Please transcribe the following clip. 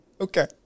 Okay